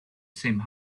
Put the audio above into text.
same